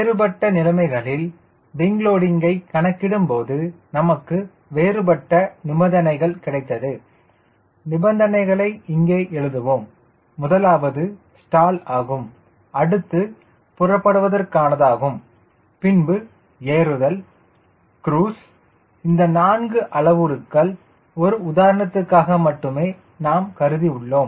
வேறுபட்ட நிலைமைகளில் விங் லோடிங்கை கணக்கிடும்போது நமக்கு வேறுபட்ட நிபந்தனைகள் கிடைத்தது நிபந்தனைகளை இங்கே எழுதுவோம் முதலாவது ஸ்டால் ஆகும் அடுத்து புறப்படுவதற்கானதாகும் பின்பு ஏறுதல் க்ரூஸ் இந்த நான்கு அளவுருக்கள் ஒரு உதாரணத்திற்காக மட்டுமே நாம் கருதி உள்ளோம்